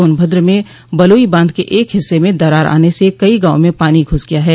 सोनभद्र में बलुई बांध के एक हिस्से में दरार आने से कई गांवों में पानी घूस गया है